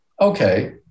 okay